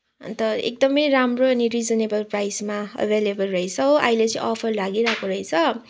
अन्त एकदमै राम्रो अनि रिजनेबल प्राइजमा एभाइलेबल रहेछ हो अहिले चाहिँ अफर लागिरहेको रहेछ